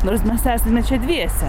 nors mes esame čia dviese